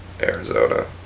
Arizona